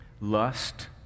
lust